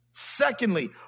Secondly